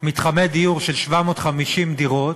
מתחמי דיור של 750 דירות,